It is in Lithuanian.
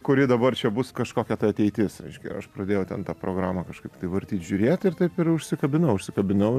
kuri dabar čia bus kažkokia ta ateitis reiškia aš pradėjau ten tą programą kažkaip vartyt žiūrėt ir taip ir užsikabinau užsikabinau